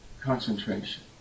concentration